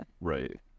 Right